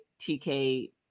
tk